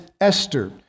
Esther